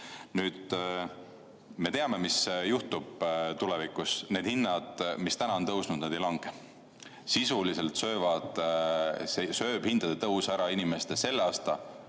elu. Me teame, mis juhtub tulevikus: need hinnad, mis täna on tõusnud, ei lange. Sisuliselt sööb hindade tõus ära inimeste selle aasta